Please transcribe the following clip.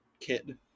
kid